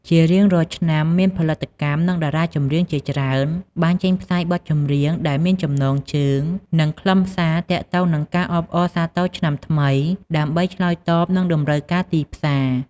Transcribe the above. ជារៀងរាល់ឆ្នាំ មានផលិតកម្ម និងតារាចម្រៀងជាច្រើនបានចេញផ្សាយបទចម្រៀងដែលមានចំណងជើង និងខ្លឹមសារទាក់ទងនឹងការអបអរសាទរឆ្នាំថ្មី ដើម្បីឆ្លើយតបនឹងតម្រូវការទីផ្សារ។